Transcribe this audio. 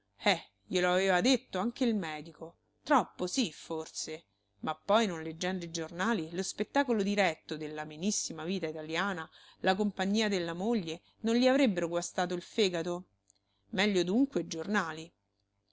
eh glielo aveva detto anche il medico troppo sì forse ma poi non leggendo i giornali lo spettacolo diretto dell'amenissima vita italiana la compagnia della moglie non gli avrebbero guastato il fegato meglio dunque i giornali